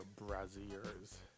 braziers